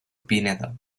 pineda